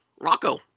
Rocco